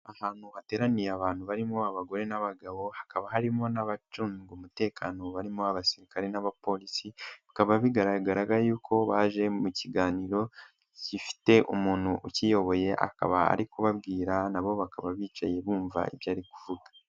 Ahantu hateraniye abantu barimo abagore n'abagabo, hakaba harimo n'abacunga umutekano barimo abasirikare n'abapolisi, bikaba bigaragaraga yuko baje mu kiganiro gifite umuntu ukiyoboye, akaba ari kubabwira na bo bakaba bicaye bumva ibyo ari kuvuga.